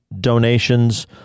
donations